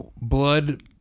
blood